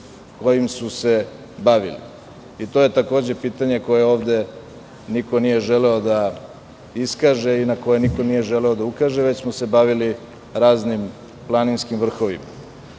kojim su se bavili i to je takođe pitanje koje ovde niko nije želeo da iskaže i na koje niko nije želeo da ukaže, već smo se bavili raznim planinskim vrhovima. Ono